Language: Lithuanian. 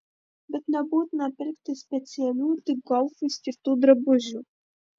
bet nebūtina pirkti specialių tik golfui skirtų drabužių